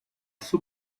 sua